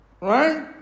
Right